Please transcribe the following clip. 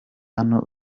hano